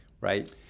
right